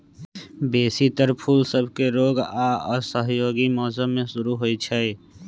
बेशी तर फूल सभके रोग आऽ असहयोगी मौसम में शुरू होइ छइ